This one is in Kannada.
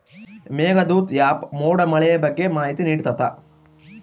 ಮೇಘದೂತ ಆ್ಯಪ್ ಮೋಡ ಮಳೆಯ ಬಗ್ಗೆ ಮಾಹಿತಿ ನಿಡ್ತಾತ